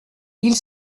ils